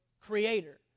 creator